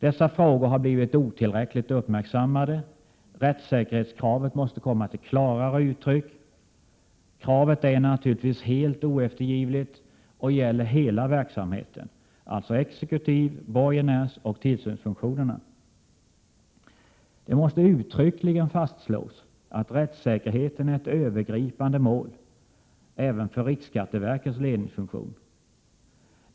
Dessa frågor har blivit otillräckligt uppmärksammade. Rättssäkerhetskravet måste komma till klarare uttryck. Kravet är naturligtvis helt oeftergivligt och gäller hela verksamheten, alltså exekutiv borgenärsoch tillsynsfunktionerna. Det måste uttryckligen fastslås att rättssäkerheten är ett övergripande mål även för riksskatteverkets ledningsfunktion.